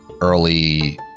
early